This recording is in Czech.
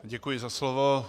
Děkuji za slovo.